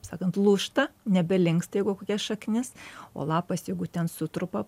sakant lūžta nebelinksta jeigu kokia šaknis o lapas jeigu ten sutrupa